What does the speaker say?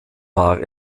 war